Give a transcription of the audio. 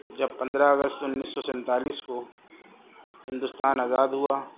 جب پندرہ اگست انیس سو سینتالیس کو ہندوستان آزاد ہوا